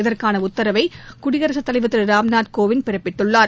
இதற்காளஉத்தரவைகுடியரசுத் தலைவர் திருராம்நாத் கோவிந்த் பிறப்பித்துள்ளார்